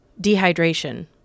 dehydration